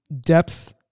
depth